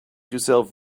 yourself